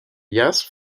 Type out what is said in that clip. jazz